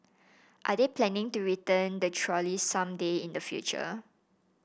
are they planning to return the trolley some day in the future